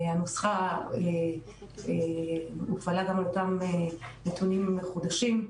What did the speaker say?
הנוסחה הופעלה גם על אותם נתונים מחודשים,